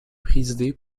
présidée